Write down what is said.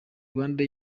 rwanda